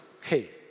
Hey